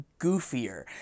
goofier